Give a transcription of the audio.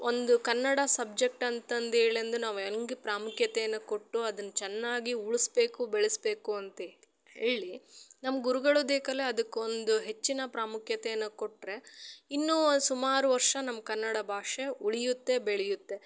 ಒಂದು ಕನ್ನಡ ಸಬ್ಜೆಕ್ಟ್ ಅಂತಂದು ಏಳೆಂದು ನಾವು ಹೆಂಗ್ ಪ್ರಾಮುಖ್ಯತೆಯನ್ನು ಕೊಟ್ಟು ಅದನ್ನು ಚೆನ್ನಾಗಿ ಉಳಿಸ್ಬೇಕು ಬೆಳೆಸ್ಬೇಕು ಅಂತ ಹೇಳಿ ನಮ್ಮ ಗುರುಗಳದ್ದೆ ಕಲೆ ಅದಕ್ಕೊಂದು ಹೆಚ್ಚಿನ ಪ್ರಾಮುಖ್ಯತೆಯನ್ನು ಕೊಟ್ಟರೆ ಇನ್ನು ಸುಮಾರು ವರ್ಷ ನಮ್ಮ ಕನ್ನಡ ಭಾಷೆ ಉಳಿಯುತ್ತೆ ಬೆಳೆಯುತ್ತೆ